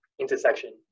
intersection